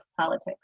politics